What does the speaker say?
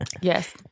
Yes